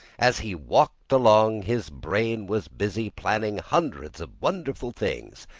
as he walked along, his brain was busy planning hundreds of wonderful things,